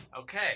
Okay